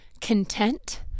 content